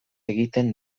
egiten